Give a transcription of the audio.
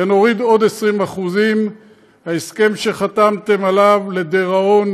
ונוריד עוד 20%. ההסכם שחתמתם עליו לדיראון